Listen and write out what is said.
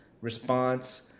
response